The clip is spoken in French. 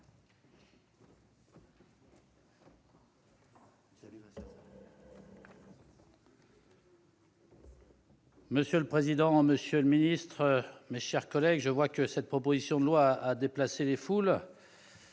Monsieur le président, monsieur le secrétaire d'État, mes chers collègues, je constate que cette proposition de loi a déplacé les foules